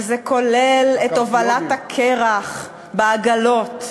וזה כולל את הובלת הקרח בעגלות,